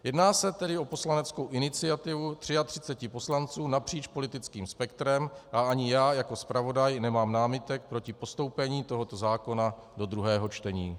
Jedná se tedy o poslaneckou iniciativu 33 poslanců napříč politickým spektrem a ani já jako zpravodaj nemám námitek proti postoupení tohoto zákona do druhého čtení.